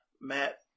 Matt